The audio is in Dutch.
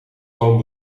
gewoon